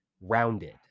rounded